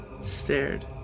stared